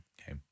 okay